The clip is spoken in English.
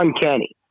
uncanny